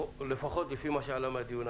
לפחות לפי מה שעלה מהדיון.